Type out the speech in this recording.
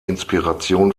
inspiration